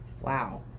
Wow